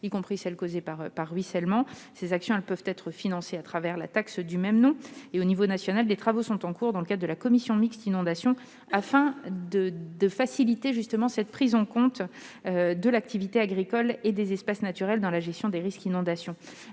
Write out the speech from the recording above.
y compris celles qui sont causées par ruissellement. Ces actions peuvent être financées à travers la taxe Gemapi. À l'échelon national, des travaux sont en cours dans le cadre de la commission mixte inondation afin de faciliter la prise en compte de l'activité agricole et des espaces naturels dans la gestion des risques d'inondation.